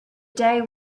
day